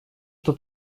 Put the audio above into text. это